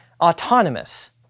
autonomous